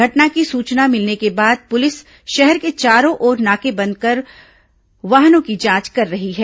घटना की सूचना मिलने के बाद पुलिस शहर के चारों ओर नाकेबंदी कर वाहनों की जांच कर रही है